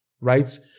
right